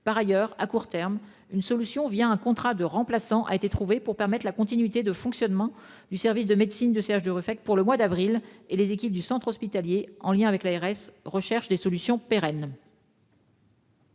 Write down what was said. Par ailleurs, à court terme, une solution un contrat de remplacement a été trouvée pour permettre la continuité de fonctionnement du service de médecine du centre hospitalier de Ruffec pour le mois d'avril, et les équipes du centre hospitalier en lien avec l'ARS recherchent des solutions pérennes.